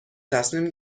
تصمیم